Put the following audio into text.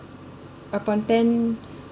upon ten